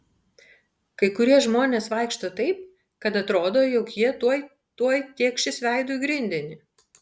kai kurie žmonės vaikšto taip kad atrodo jog jie tuoj tuoj tėkšis veidu į grindinį